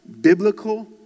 biblical